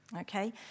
Okay